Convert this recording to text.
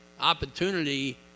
opportunity